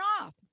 off